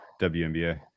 WNBA